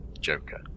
Joker